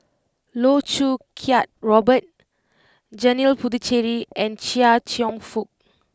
Loh Choo Kiat Robert Janil Puthucheary and Chia Cheong Fook